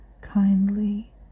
kindly